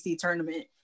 tournament